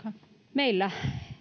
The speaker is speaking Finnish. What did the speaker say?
meillä